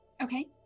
Okay